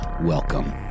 welcome